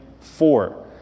four